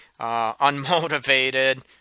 Unmotivated